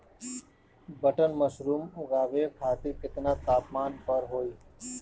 Button mushroom उगावे खातिर केतना तापमान पर होई?